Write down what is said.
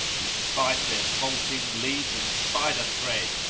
despite their bolting lead with spider thread.